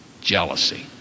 Jealousy